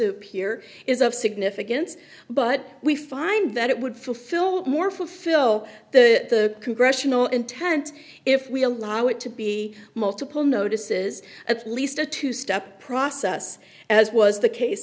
appear is of significance but we find that it would fulfill more fulfill the congressional intent if we allow it to be multiple notices at least a two step process as was the case